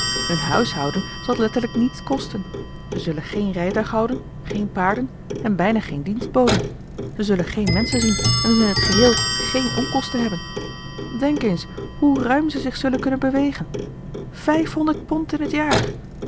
hun huishouden zal letterlijk niets kosten ze zullen geen rijtuig houden geen paarden en bijna geen dienstboden ze zullen geen menschen zien en dus in t geheel geen onkosten hebben denk eens hoe ruim ze zich zullen kunnen bewegen vijfhonderd pond in t jaar